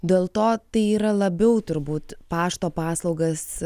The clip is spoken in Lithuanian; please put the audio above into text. dėl to tai yra labiau turbūt pašto paslaugas